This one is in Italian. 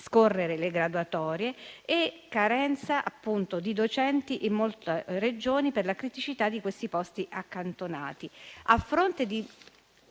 scorrere le graduatorie; inoltre c'è carenza di docenti in molte Regioni per la criticità di questi posti accantonati.